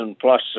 plus